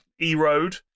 e-road